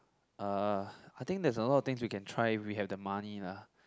uh I think there's a lot of things we can try if we have the money lah